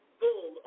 boom